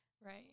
Right